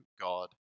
God